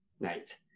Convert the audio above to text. night